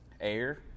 Air